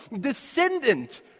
descendant